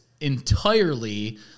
entirely